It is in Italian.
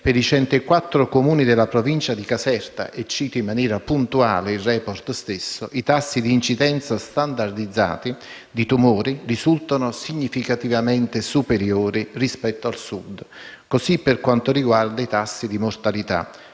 per i 104 Comuni della provincia di Caserta - cito in maniera puntuale il *report* stesso - i tassi di incidenza standardizzati di tumori risultano significativamente superiori rispetto al Sud; così per quanto riguarda i tassi di mortalità,